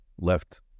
left